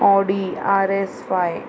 Audi R S five